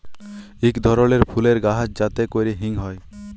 ইক ধরলের ফুলের গাহাচ যাতে ক্যরে হিং হ্যয়